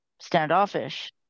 standoffish